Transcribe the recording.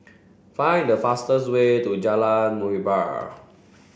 find the fastest way to Jalan Muhibbah